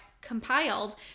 compiled